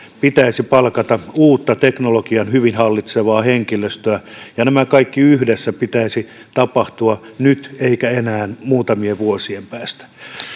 pitäisi palkata uutta teknologian hyvin hallitsevaa henkilöstöä näiden kaikkien yhdessä pitäisi tapahtua nyt eikä vasta muutamien vuosien päästä